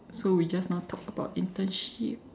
so we just now talked about internship